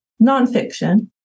nonfiction